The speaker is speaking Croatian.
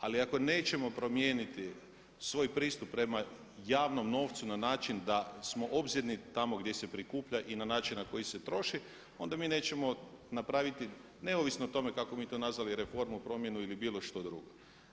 Ali ako nećemo promijeniti svoj pristup prema javnom novcu na način da smo obzirni tamo gdje se prikuplja i na način na koji se troši onda mi nećemo napraviti neovisno o tome kako mi to nazvali reformu, promjenu ili bilo što drugo.